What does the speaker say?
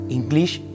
English